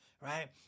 right